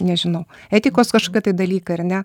nežinau etikos kažkokie tai dalykai ar ne